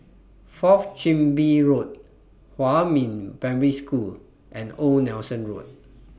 Fourth Chin Bee Road Huamin Primary School and Old Nelson Road